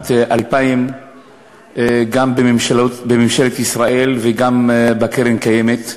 2000 גם בממשלת ישראל וגם בקרן הקיימת,